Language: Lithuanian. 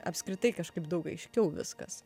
apskritai kažkaip daug aiškiau viskas